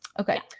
Okay